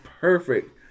perfect